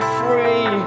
free